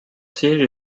siège